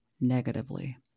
negatively